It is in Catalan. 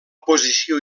posició